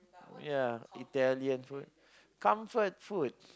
yeah Italian food comfort foods